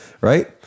right